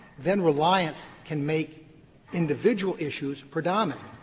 then reliance can make individual issues predominate,